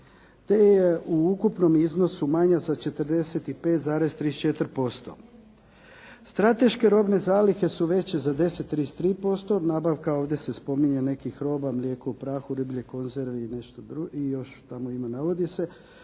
te je u ukupnom iznosu manja za 45,34%. Strateške robne zalihe su veće za 10,33%, nabavka ovdje se spominje nekih roba, mlijeka u prahu, riblje konzerve i još tamo ima navodi se,